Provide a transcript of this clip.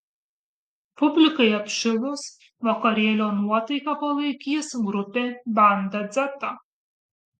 publikai apšilus vakarėlio nuotaiką palaikys grupė banda dzeta